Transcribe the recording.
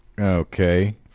Okay